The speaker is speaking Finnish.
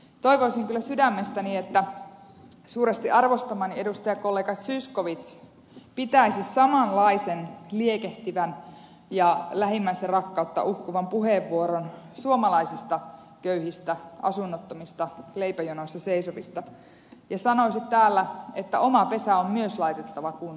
toivoisin kyllä sydämestäni että suuresti arvostamani edustajakollega zyskowicz pitäisi samanlaisen liekehtivän ja lähimmäisenrakkautta uhkuvan puheenvuoron suomalaisista köyhistä asunnottomista leipäjonoissa seisovista ja sanoisi täällä että oma pesä on myös laitettava kuntoon